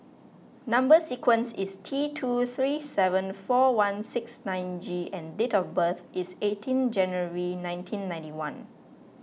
Number Sequence is T two three seven four one six nine G and date of birth is eighteen January nineteen ninety one